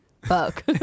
fuck